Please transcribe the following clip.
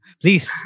Please